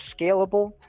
scalable